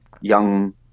young